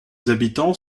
habitants